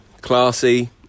classy